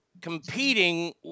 competing